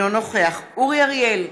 אינו נוכח אורי אריאל,